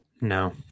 no